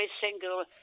single